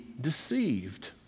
deceived